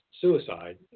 suicide